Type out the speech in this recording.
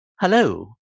Hello